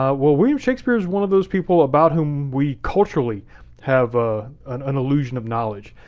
um well, william shakespeare's one of those people about whom we culturally have ah an an illusion of knowledge.